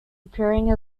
appearing